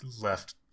left